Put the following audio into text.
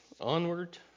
onward